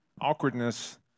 awkwardness